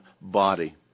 body